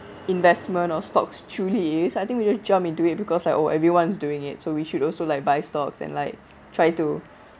investment or stocks truly is so I think we just jump into it because like oh everyone is doing it so we should also like buy stocks and like try to